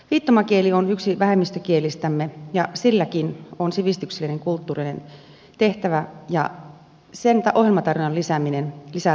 viittomakieli on yksi vähemmistökielistämme ja silläkin on sivistyksellinen kulttuurinen tehtävä ja sen ohjelmatarjonnan lisääminen lisää tasa arvoa